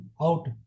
out